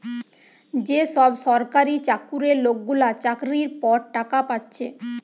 যে সব সরকারি চাকুরে লোকগুলা চাকরির পর টাকা পাচ্ছে